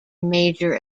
major